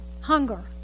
hunger